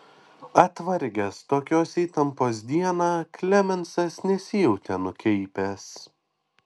atvargęs tokios įtampos dieną klemensas nesijautė nukeipęs